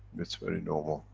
it's very normal.